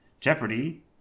Jeopardy